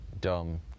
dumb